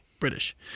British